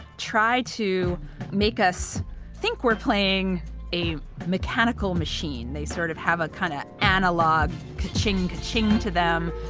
try to make us think we're playing a mechanical machine. they sort of have a kind of analog, ka-ching, ka-ching to them.